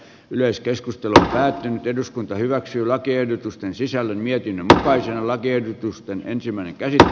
yleiskeskustelu päättynyt eduskunta hyväksyy lakiehdotusten sisällön mietin vähäisellä tiedotusta ensimmäinen kerta